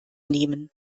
nehmen